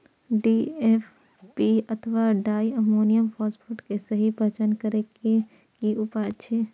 DAP अथवा diammonium phosphate के सहि पहचान करे के कि उपाय अछि?